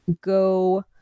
go